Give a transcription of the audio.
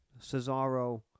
Cesaro